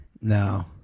No